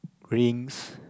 rings